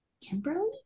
Kimberly